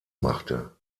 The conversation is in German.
machte